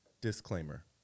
disclaimer